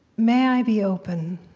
may i be open